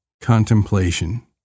contemplation